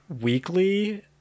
weekly